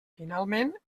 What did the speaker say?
finalment